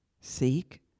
seek